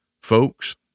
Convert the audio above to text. folks